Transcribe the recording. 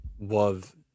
Love